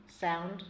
sound